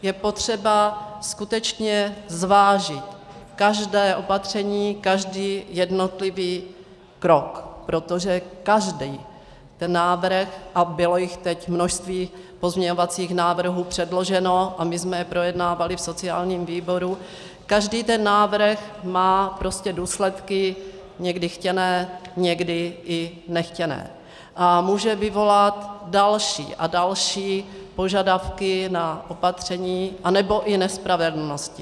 Je potřeba skutečně zvážit každé opatření, každý jednotlivý krok, protože každý ten návrh, a bylo teď množství pozměňovacích návrhů předloženo a my jsme je projednávali v sociálním výboru, každý ten návrh má prostě důsledky, někdy chtěné, někdy i nechtěné, a může vyvolat další a další požadavky na opatření anebo i nespravedlnosti.